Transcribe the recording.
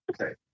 Okay